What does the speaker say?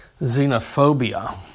xenophobia